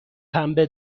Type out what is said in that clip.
پنبه